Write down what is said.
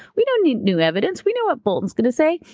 we don't need new evidence. we know what bolton's going to say.